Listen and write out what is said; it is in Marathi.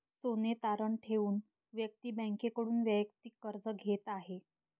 सोने तारण ठेवून व्यक्ती बँकेकडून वैयक्तिक कर्ज घेत आहे